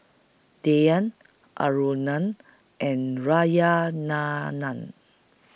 Dhyan Aruna and Narayana Nam